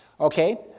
Okay